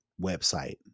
website